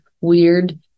weird